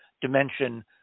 dimension